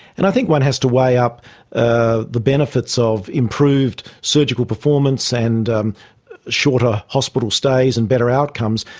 and i think one has to weigh up ah the benefits of improved surgical performance and shorter hospital stays and better outcomes.